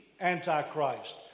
Antichrist